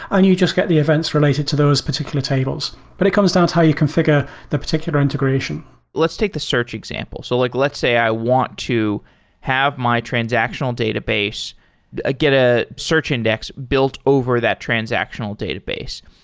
and you just get the events related to those particular tables. but it comes down to how you configure the particular integration let's take the search example. so like let's say i want to have my transactional database i get a search index built over that transactional database.